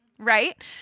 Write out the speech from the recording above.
right